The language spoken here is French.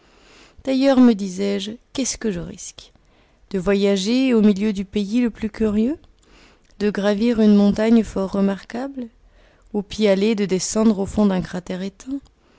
d'ailleurs me disais-je qu'est-ce que je risque de voyager au milieu du pays le plus curieux de gravir une montagne fort remarquable au pis-aller de descendre au fond d'un cratère éteint